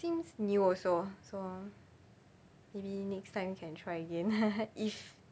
seems new also so maybe next time can try again if